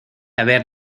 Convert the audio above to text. haber